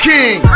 King